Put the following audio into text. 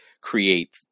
create